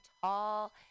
tall